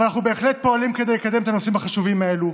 אבל אנחנו בהחלט פועלים כדי לקדם את הנושאים החשובים האלה,